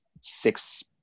six